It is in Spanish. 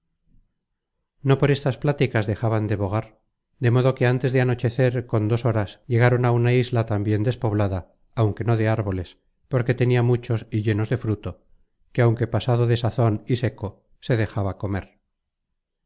no por estas pláticas dejaban de bogar de modo que ántes de anochecer con dos horas llegaron á una isla tambien despoblada aunque no de árboles porque tenia muchos y llenos de fruto que aunque pasado de sazon y seco se dejaba comer